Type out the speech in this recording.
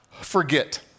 forget